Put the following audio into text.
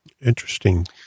Interesting